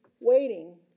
waiting